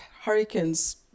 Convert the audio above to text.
hurricanes